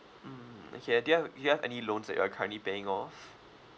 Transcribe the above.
mm okay uh do you have do you have any loans that you're currently paying off